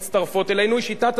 לשנות ה-90 המוקדמות.